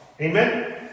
Amen